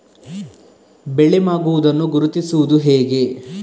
ಬೆಳೆ ಮಾಗುವುದನ್ನು ಗುರುತಿಸುವುದು ಹೇಗೆ?